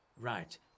Right